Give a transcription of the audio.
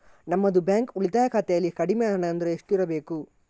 ನಮ್ಮದು ಬ್ಯಾಂಕ್ ಉಳಿತಾಯ ಖಾತೆಯಲ್ಲಿ ಕಡಿಮೆ ಹಣ ಅಂದ್ರೆ ಎಷ್ಟು ಇರಬೇಕು?